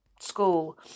school